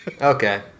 Okay